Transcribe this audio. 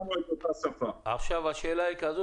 בעמודים 70 עד 73,